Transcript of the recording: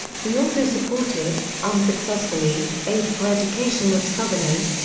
he also supported, unsuccessfully, aid for education of southerners,